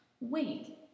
Wait